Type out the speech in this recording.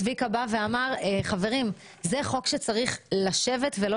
צביקה בא ואמר שזה חוק שצריך לשבת ולא